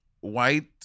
white